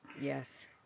Yes